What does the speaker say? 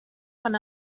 when